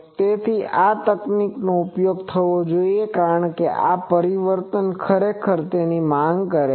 તેથી આ તકનીકનો ઉપયોગ થવો જોઈએ કારણ કે આ પરિવર્તન ખરેખર તેની માંગ કરે છે